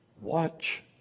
Watch